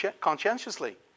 conscientiously